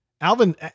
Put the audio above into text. Alvin